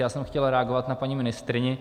Já jsem chtěl reagovat na paní ministryni.